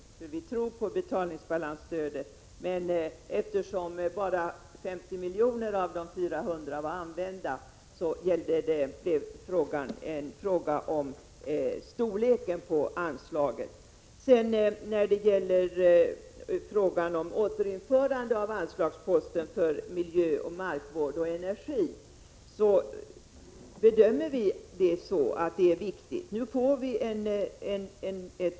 Vi tror på betalningsbalansstödet, men eftersom bara 50 av de 400 miljonerna var använda kom ju frågan att gälla storleken på anslaget. Återinförandet av anslagsposten för miljö, markvård och energi bedömer vi som en viktig åtgärd.